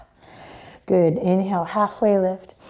good, inhale, halfway lift.